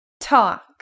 talk